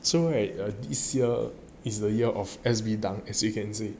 so right like this year is the year of S meeta